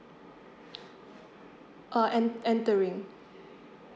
uh en~ entering